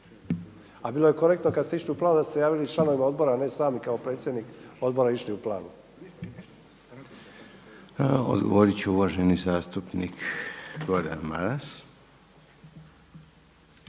A bilo je korektno kada ste išli u Plano da ste se javili i članovima odbora a ne sami kao predsjednik Odbora išli u Plano. **Reiner, Željko (HDZ)** Odgovoriti će uvaženi zastupnik Gordan Maras.